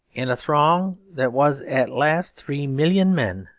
in a throng that was at last three million men,